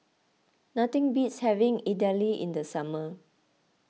nothing beats having Idili in the summer